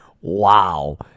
Wow